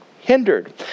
hindered